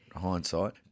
hindsight